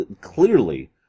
clearly